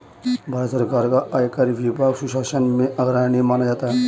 भारत सरकार का आयकर विभाग सुशासन में अग्रणी माना जाता है